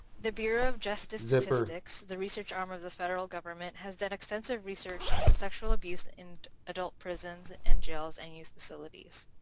the bureau of justice statistics, the research arm of the federal government, has done extensive research into sexual abuse in adult prisons and jails and youth facilities.